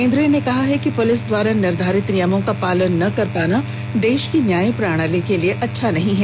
केंद्र ने कहा है कि पुलिस द्वारा निर्धारित नियमों का पालन न कर पाना देश की न्याय प्रणाली के लिए अच्छा नहीं है